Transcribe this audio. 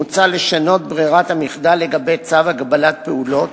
מוצע לשנות את ברירת המחדל לגבי צו הגבלת פעולות